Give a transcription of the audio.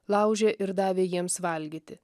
laužė ir davė jiems valgyti